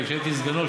כשהייתי סגנו,